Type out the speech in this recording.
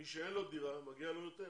מי שאין לו דיברה מגיע לו יותר,